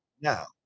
Now